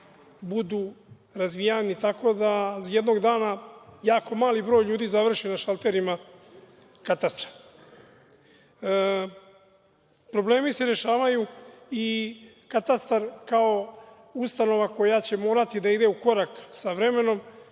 budu razvijani tako da jednog dana jako mali broj ljudi završi na šalterima katastra. Problemi se rešavaju i katastar kao ustanova koja će morati da ide u korak sa vremenom